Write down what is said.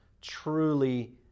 truly